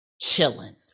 chilling